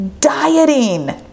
dieting